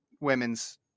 women's